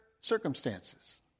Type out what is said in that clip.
circumstances